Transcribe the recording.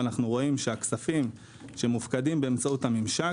אנחנו רואים שהכספים שמופקדים באמצעות הממשק